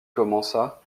commença